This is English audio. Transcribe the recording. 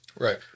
Right